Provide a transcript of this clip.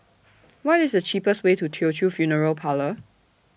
What IS The cheapest Way to Teochew Funeral Parlour